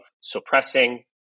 suppressing